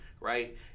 right